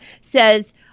Says